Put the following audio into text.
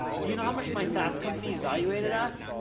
do you know how much my saas company is valuated as?